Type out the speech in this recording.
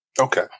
Okay